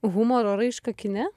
humoro raišką kine